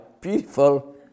beautiful